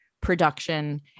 production